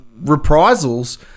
reprisals